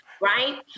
Right